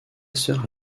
sœur